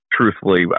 truthfully